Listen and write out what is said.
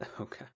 Okay